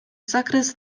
zakres